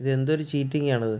ഇത് എന്തൊരു ചീറ്റിങ്ങ് ആണ് ഇത്